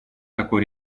такой